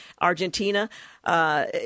Argentina